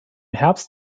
herbst